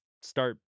start